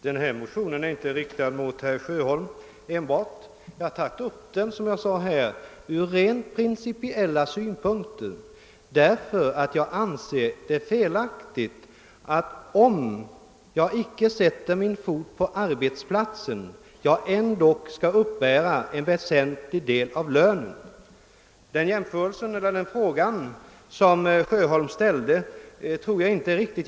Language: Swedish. Herr talman! Min motion riktar sig inte enbart mot herr Sjöholm. Som jag framhöll tidigare har jag tagit upp denna fråga ur rent principiella synpunkter, därför att jag anser det vara felaktigt att uppbära en väsentlig del av lönen om man aldrig sätter sin fot på arbetsplatsen. Den jämförelse som herr Sjöholm gjorde mellan den frågan och riksdagspensionen tror jag inte är riktig.